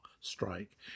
strike